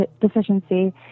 deficiency